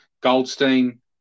Goldstein